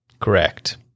Correct